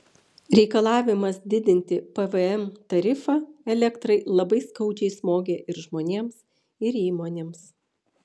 reikalavimas didinti pvm tarifą elektrai labai skaudžiai smogė ir žmonėms ir įmonėms